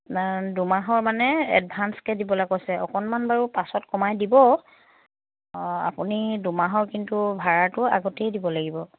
দুমাহৰ মানে এডভাঞ্চকৈ দিবলৈ কৈছে অকণমান বাৰু পাছত কমাই দিব আপুনি দুমাহৰ কিন্তু ভাড়াটো আগতেই দিব লাগিব